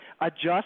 adjust